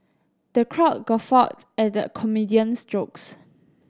the crowd guffawed at the comedian's jokes